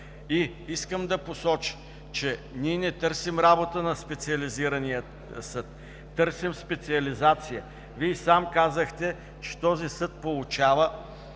И искам да посоча, че ние не търсим работа на Специализирания съд, търсим специализация. Вие сам казахте, че този съд получава